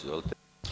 Izvolite.